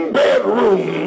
bedroom